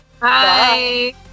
bye